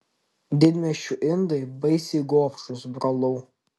didmiesčių indai baisiai gobšūs brolau